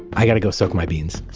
i've got to go soak my beans.